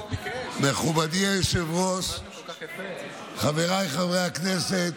אדוני היושב-ראש, אני מתכבד להביא בפני הכנסת